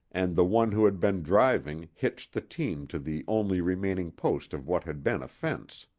and the one who had been driving hitched the team to the only remaining post of what had been a fence.